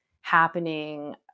happening